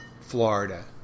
Florida